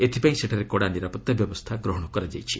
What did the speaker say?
ଏଥିପାଇଁ ସେଠରେ କଡ଼ା ନିରାପତ୍ତା ବ୍ୟବସ୍ଥା ଗ୍ରହଣ କରାଯାଇଛି